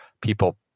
people